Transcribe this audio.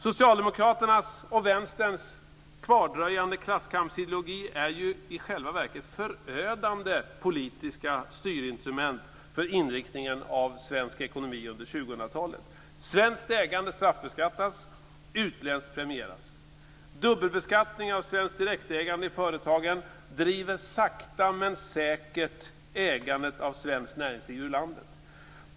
Socialdemokraternas och Vänsterns kvardröjande klasskampsideologi är ju i själva verket förödande politiska styrinstrument för inriktningen på svensk ekonomi under 2000-talet. Svenskt ägande straffbeskattas, utländskt premieras. Dubbelbeskattning av svenskt direktägande i företagen driver sakta men säkert ägandet av svenskt näringsliv ur landet.